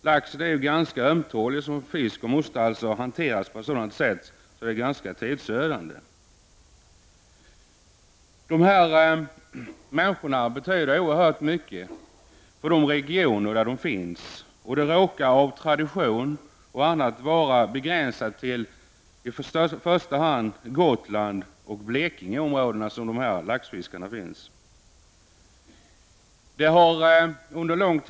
Laxen är en ganska ömtålig fisk och måste således hanteras på ett sätt som är ganska tidsödande. De människor som fiskar lax betyder oerhört mycket för de regioner där de finns. Av tradition finns dessa laxfiskare i första hand på Gotland och i Blekinge.